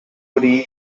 woody